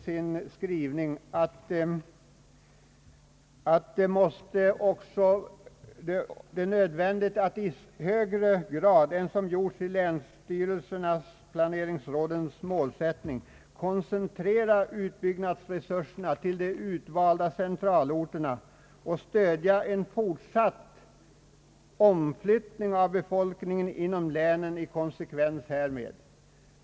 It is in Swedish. Han säger emellertid också att det är nödvändigt att i högre grad än som gjorts i länsstyrelsernas och planeringsrådens målsättning koncentrera utbyggnadsresurserna till de utvalda centralorterna och stödja en fortsatt omflyttning av befolkningen inom länen i konsekvens härmed.